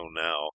now